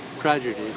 Tragedy